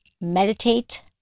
meditate